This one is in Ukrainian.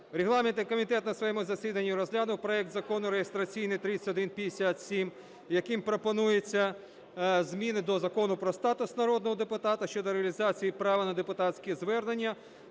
Регламентний комітет на своєму засіданні розглянув проект Закону реєстраційний 3157, яким пропонуються зміни до Закону про статус народного депутата щодо реалізації права на депутатські звернення,